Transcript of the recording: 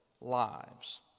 lives